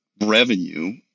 revenue